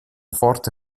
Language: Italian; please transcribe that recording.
forte